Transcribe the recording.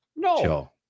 No